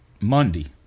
Monday